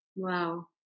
Wow